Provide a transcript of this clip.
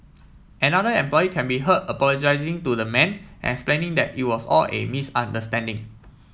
another employee can be heard apologising to the man and explaining that it was all a misunderstanding